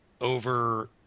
over